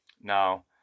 Now